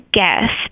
guess